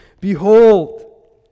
Behold